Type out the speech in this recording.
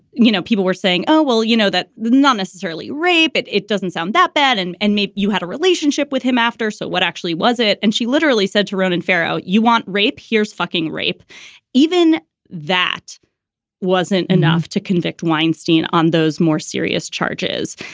you know, people were saying, oh, well, you know, that not necessarily rape it. it doesn't sound that bad. and and maybe you had a relationship with him after. so what actually was it? and she literally said to ronan farrow, you want rape, here's fucking rape even that wasn't enough to convict weinstein on those more serious charges.